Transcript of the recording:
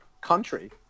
country